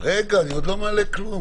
רגע, אני עוד לא מעלה דבר.